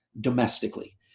domestically